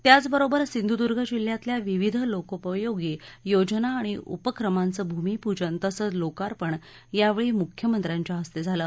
त्याच बरोबर सिंधुर्दा जिल्ह्यातल्या विविध लोकोपयोगी योजना आणि उपक्रमांचे भूमीपूजन तसच लोकार्पण यावेळी मुख्यमंत्रांच्या हस्ते झालं